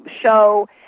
show